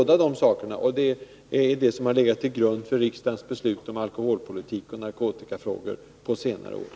Det är det som har legat till grund för riksdagens beslut om alkoholpolitik och i narkotikafrågor på senare tid.